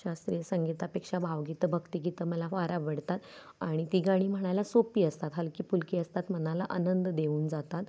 शास्त्रीय संगीतापेक्षा भावगीतं भक्तीगीतं मला फार आवडतात आणि ती गाणी म्हणायला सोपी असतात हलकी फुलकी असतात मनाला आनंद देऊन जातात